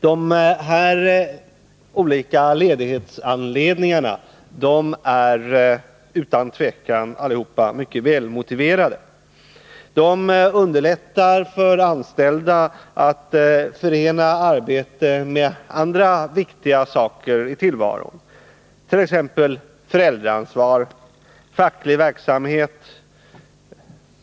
De olika ledighetsanledningarna är utan tvivel alla mycket väl motiverade. De underlättar för anställda att förena arbete med andra viktiga saker i tillvaron, t.ex. föräldraansvar och facklig verksamhet.